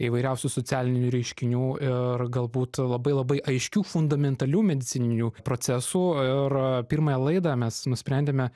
įvairiausių socialinių reiškinių ir galbūt labai labai aiškių fundamentalių medicininių procesų ir pirmąją laidą mes nusprendėme